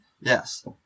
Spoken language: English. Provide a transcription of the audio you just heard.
Yes